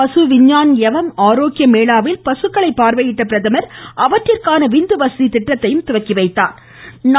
பசு விஞ்ஞான் யவம் ஆரோக்ய மேளாவில் பசுக்களை பார்வையிட்ட பிரதமர் அவற்றிற்கான விந்து வசதி திட்டத்தையும் தொடங்கி வைத்தாா்